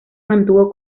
mantuvo